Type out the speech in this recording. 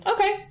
Okay